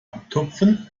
abtupfen